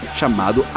chamado